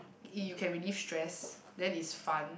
eh you can relieve stress then is fun